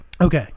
okay